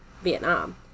Vietnam